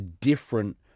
different